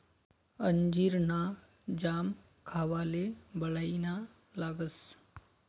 अंजीर ना जाम खावाले बढाईना लागस